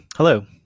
Hello